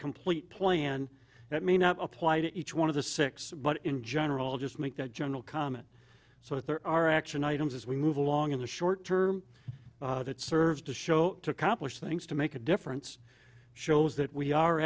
complete plan that may not apply to each one of the six but in general just make a general comment so if there are action items as we move along in the short term that serves to show to accomplish things to make a difference shows that we are